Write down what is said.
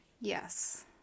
Yes